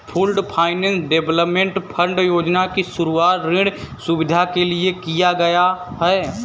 pooled finance development fund योजना की शुरूआत ऋण सुविधा के लिए किया गया है